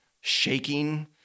shaking